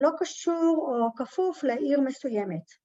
‫לא קשור או כפוף לעיר מסוימת.